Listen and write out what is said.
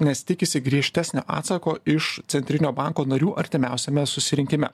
nes tikisi griežtesnio atsako iš centrinio banko narių artimiausiame susirinkime